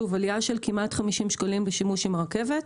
עלייה של כמעט 50 שקלים בשימוש עם הרכבת.